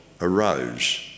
arose